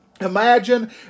imagine